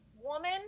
woman